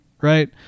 right